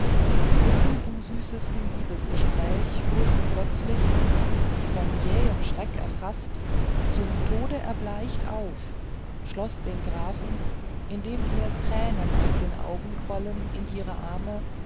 mitten im süßesten liebesgespräch fuhr sie plötzlich wie von jähem schreck erfaßt zum tode erbleicht auf schloß den grafen indem ihr tränen aus den augen quollen in ihre arme